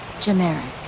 Generic